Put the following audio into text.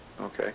Okay